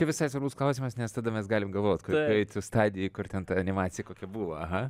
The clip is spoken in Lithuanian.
visai svarbus klausimas nes tada mes galim galvot kurioj tu stadijoj kur ten ta animacija kokia buvo aha